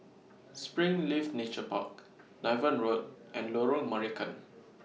Springleaf Nature Park Niven Road and Lorong Marican